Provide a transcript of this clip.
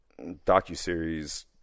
docuseries